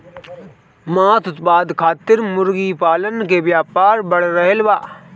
मांस उत्पादन खातिर मुर्गा पालन के व्यापार बढ़ रहल बा